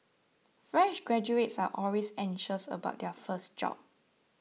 fresh graduates are always anxious about their first job